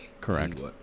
Correct